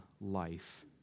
life